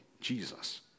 Jesus